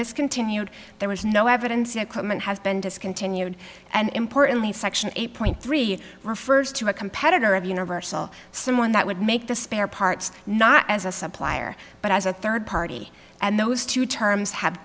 discontinued there was no evidence the equipment has been discontinued and importantly section eight point three refers to a competitor of universal someone that would make the spare parts not as a supplier but as a third party and those two terms have